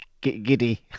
giddy